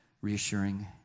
reassuring